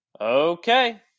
Okay